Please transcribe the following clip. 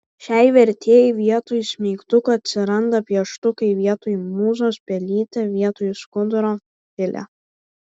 šiai vertėjai vietoj smeigtukų atsiranda pieštukai vietoj mūzos pelytė vietoj skuduro filė